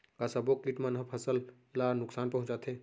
का सब्बो किट मन ह फसल ला नुकसान पहुंचाथे?